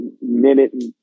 minute